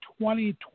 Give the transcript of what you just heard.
2020